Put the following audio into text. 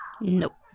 Nope